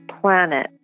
planet